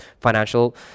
financial